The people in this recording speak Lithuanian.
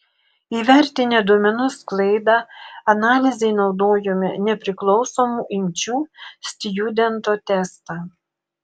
įvertinę duomenų sklaidą analizei naudojome nepriklausomų imčių stjudento testą